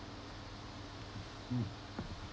mm